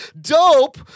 Dope